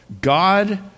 God